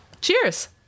Cheers